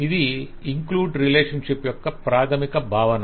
ఇది include relationship యొక్క ప్రాధమిక భావన